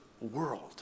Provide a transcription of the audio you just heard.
world